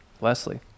Leslie